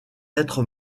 être